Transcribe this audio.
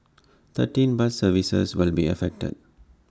thirteen bus services will be affected